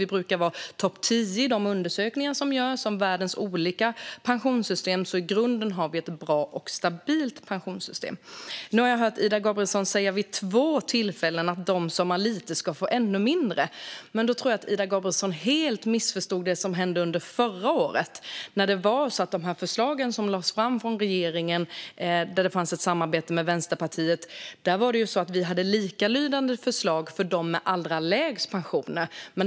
Vi brukar vara bland de tio i topp i de undersökningar som görs om världens olika pensionssystem. I grunden har vi ett bra och stabilt pensionssystem. Nu har jag vid två tillfällen hört Ida Gabrielsson säga att vi vill att de som har lite ska få ännu mindre. Då tror jag att Ida Gabrielsson helt har missförstått det som hände under förra året. Det lades ju fram förslag från regeringen, där det fanns ett samarbete med Vänsterpartiet. Där hade vi likalydande förslag för dem med allra lägst pensioner.